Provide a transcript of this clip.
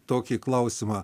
tokį klausimą